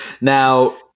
Now